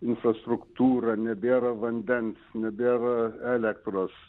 infrastruktūra nebėra vandens nebėra elektros